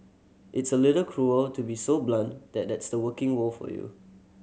it's a little cruel to be so blunt that that's the working world for you